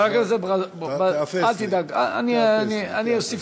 אתה תאפס לי, תאפס לי.